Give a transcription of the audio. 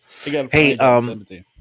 Hey